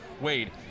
wade